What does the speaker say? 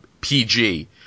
PG